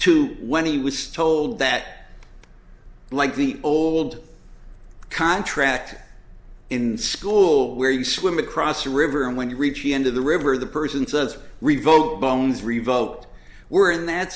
to when he was told that like the old contract in school where you swim across a river and when you reach the end of the river the person says revoke bones revoked we're in that